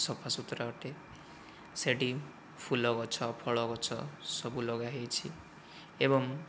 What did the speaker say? ସଫା ସୁତୁରା ଅଟେ ସେଠି ଫୁଲଗଛ ଫଳଗଛ ସବୁ ଲଗା ହୋଇଛି ଏବଂ